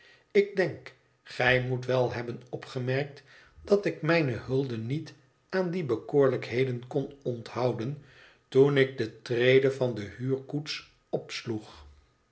ik denk gij moet wel hebben opgemerkt dat ik mijne hulde niet aan die bekoorlijkheden kon onthouden toen ik de trede van de huurkoets opsloeg